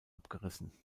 abgerissen